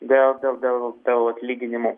dėl dėl dėl dėl atlyginimų